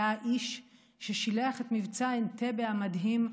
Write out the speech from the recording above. היה איש ששילח את מבצע אנטבה המדהים,